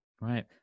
right